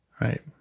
Right